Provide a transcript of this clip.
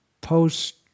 post-